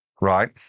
Right